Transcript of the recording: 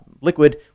liquid